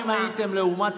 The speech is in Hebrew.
בואו